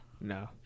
No